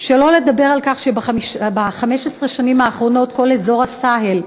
שלא לדבר על כך שב-15 השנים האחרונות כל אזור הסאהל,